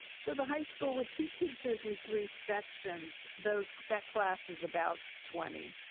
so the high school, with two teachers and three sections, those, that class is about twenty?